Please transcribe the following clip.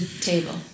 table